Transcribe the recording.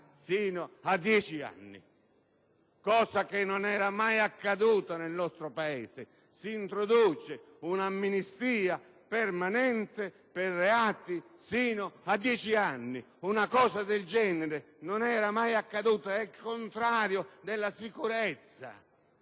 sino a dieci anni. Ciò non era mai accaduto nel nostro Paese: si introduce un'amnistia permanente per reati sino a dieci anni: una cosa del genere non era mai accaduta ed è contraria a qualsiasi